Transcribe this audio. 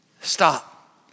Stop